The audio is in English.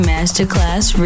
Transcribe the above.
Masterclass